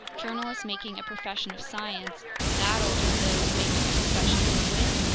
journalists making a profession of science battled with those making a profession of wit,